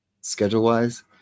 schedule-wise